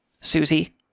Susie